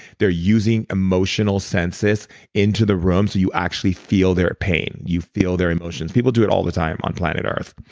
they're using emotional senses into the room so you actually feel their pain. you feel their emotions. people do it all the time on planet earth.